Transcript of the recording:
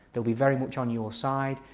they'll be very much on your side,